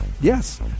Yes